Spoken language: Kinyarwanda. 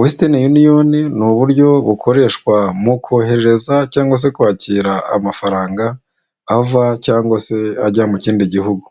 Western union ni uburyo bukoreshwa mu kohereza cyangwa se kwakira amafaranga ava cyangwa se ajya mu kindi gihugu,